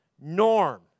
norm